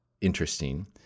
interesting